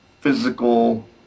physical